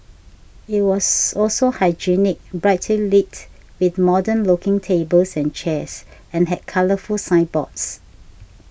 it was also hygienic brightly lit with modern looking tables and chairs and had colourful signboards